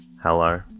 Hello